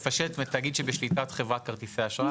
לפשט לתאגיד שבשליטת חברת כרטיסי האשראי.